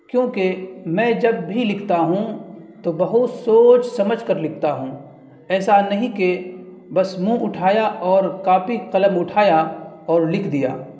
کیوںکہ میں جب بھی لکھتا ہوں تو بہت سوچ سمجھ کر لکھتا ہوں ایسا نہیں کہ بس منہ اٹھایا اور کاپی قلم اٹھایا اور لکھ دیا